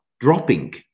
dropping